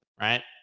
Right